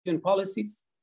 policies